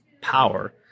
power